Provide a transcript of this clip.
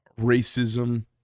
racism